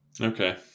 Okay